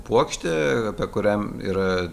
puokštė apie kurią yra